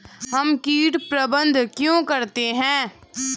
हम कीट प्रबंधन क्यों करते हैं?